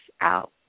out